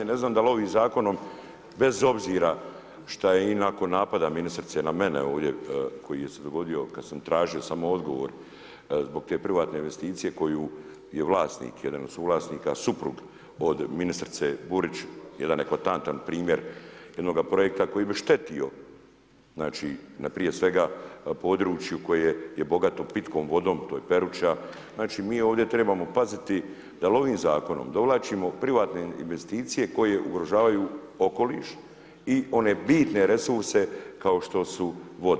Ne znam da li ovim zakonom bez obzira što je i nakon napada ministrice na mene ovdje koji se dogodio kad sam tražio samo odgovor zbog te privatne investicije koji je vlasnik, jedan od suvlasnika, suprug od ministrice Burić, jedan eklatantan primjer jednoga projekta koji bi štetio, znači, prije svega području koje je bogato pitkom vodom, a to je Peruča, znači mi ovdje trebamo paziti da li ovim Zakonom dovlačimo privatne investicije koje ugrožavaju okoliš i one bitne resurse kao što su vode.